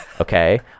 Okay